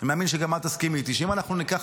אני מאמין שגם את תסכימי איתי שאם אנחנו ניקח